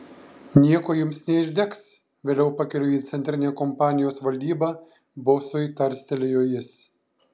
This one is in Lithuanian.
nieko jums neišdegs vėliau pakeliui į centrinę kompanijos valdybą bosui tarstelėjo jis